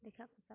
ᱫᱮᱠᱷᱟ ᱠᱚ ᱪᱟᱞᱟᱜᱼᱟ